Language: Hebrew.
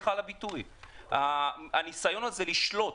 הניסיון לשלוט